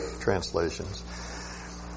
translations